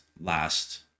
last